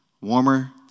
warmer